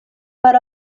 per